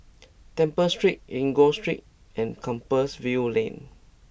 Temple Street Enggor Street and Compassvale Lane